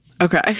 Okay